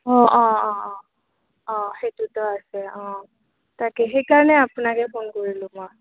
অঁ অঁ অঁ অঁ অঁ সেইটোতো আছে অঁ তাকে সেইকাৰণে আপোনাকে ফোন কৰিলোঁ মই